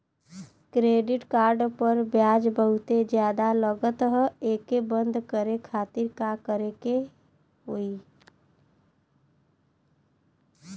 Credit card पर ब्याज बहुते ज्यादा लगत ह एके बंद करे खातिर का करे के होई?